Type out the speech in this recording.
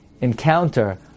encounter